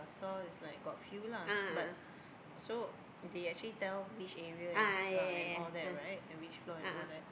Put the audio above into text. I saw it's like got a few lah but so they actually tell which area and uh and all right and which floor and all that right